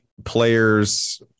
players